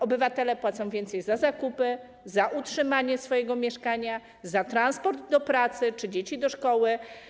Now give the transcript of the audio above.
Obywatele płacą więcej za zakupy, za utrzymanie swojego mieszkania, za transport do pracy czy transport dzieci do szkoły.